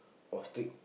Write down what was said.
ostrich